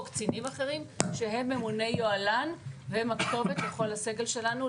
קצינים אחרים שהם ממוני יוהל"ן והם הכתובת לכל הסגל שלנו,